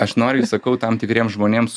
aš noriu ir sakau tam tikriems žmonėms